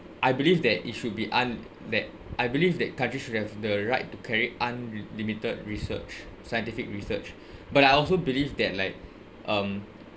I believe that it should be un~ that I believe that countries should have the right to carry unli~ limited research scientific research but I also believe that like um